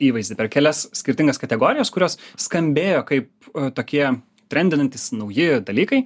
įvaizdį per kelias skirtingas kategorijas kurios skambėjo kaip tokie trendinantys nauji dalykai